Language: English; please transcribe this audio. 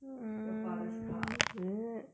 your father's car